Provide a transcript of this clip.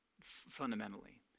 fundamentally